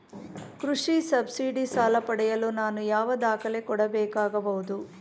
ಕೃಷಿ ಸಬ್ಸಿಡಿ ಸಾಲ ಪಡೆಯಲು ನಾನು ಯಾವ ದಾಖಲೆ ಕೊಡಬೇಕಾಗಬಹುದು?